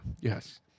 Yes